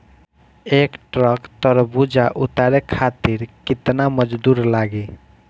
एक ट्रक तरबूजा उतारे खातीर कितना मजदुर लागी?